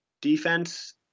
defense